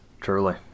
Truly